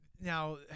now